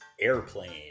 Airplane